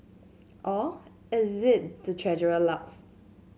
or is it the Treasurer lucks